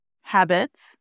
habits